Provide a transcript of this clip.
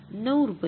9 रुपये आहे